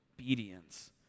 obedience